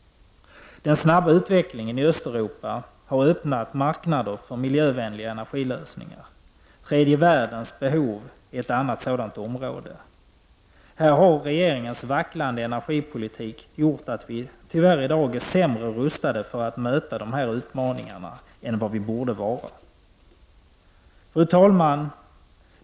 Den snabba utvecklingen i Östeuropa har öppnat marknader för miljövänliga energilösningar. Den tredje världens energibehov är ett annat sådant område. Regeringens vacklande energipolitik har gjort att vi tyvärr är sämre rustade för att möta dessa utmaningar än vad vi borde vara. Fru talman!